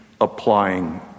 applying